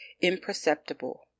imperceptible